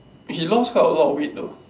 he lost quite a lot of weight though